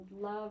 love